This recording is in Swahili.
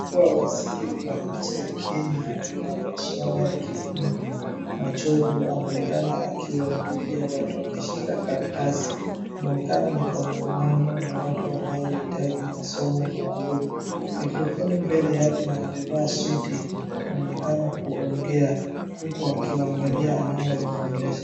Waziri wa nchi ya kenya wa maswala ya kielimu Machogu anaonekana akihutubia watu ameshika karatasi inaonekana ni kongamano la watu ambao wanahitaji masomo maalumu microphoni mbele yake na wamevaa suti anaonekana akiongea huku akiwaangalia anao waongelesha.